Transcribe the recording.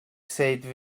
said